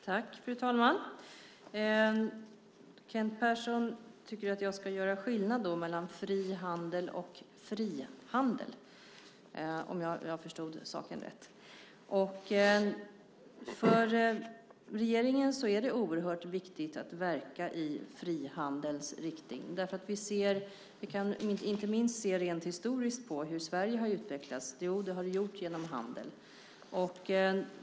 Fru talman! Kent Persson tycker att jag ska göra skillnad mellan fri handel och frihandel, om jag förstod saken rätt. För regeringen är det oerhört viktigt att verka i frihandelns riktning. Vi kan inte minst se rent historiskt hur Sverige har utvecklats: Det har vi gjort genom handel.